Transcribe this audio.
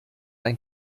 ein